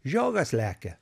žiogas lekia